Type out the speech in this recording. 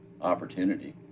opportunity